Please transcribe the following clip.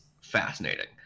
fascinating